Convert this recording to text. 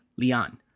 Lian